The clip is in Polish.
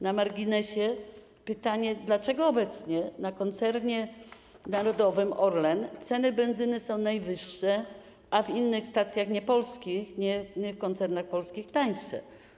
Na marginesie pytanie: Dlaczego obecnie w koncernie narodowym Orlen ceny benzyny są najwyższe, a na innych stacjach, niepolskich, nie w koncernach polskich jest taniej?